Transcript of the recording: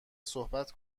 صحبت